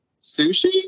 Sushi